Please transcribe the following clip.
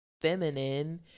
feminine